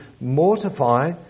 mortify